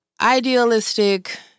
idealistic